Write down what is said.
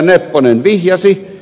nepponen vihjasi